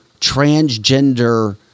transgender